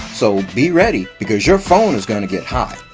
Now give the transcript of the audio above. so be ready, because your phone is gonna get hot.